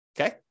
okay